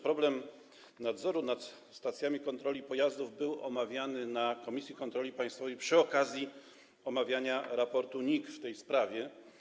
Problem nadzoru nad stacjami kontroli pojazdów był omawiany w komisji kontroli państwowej przy okazji omawiania raportu NIK w tej sprawie.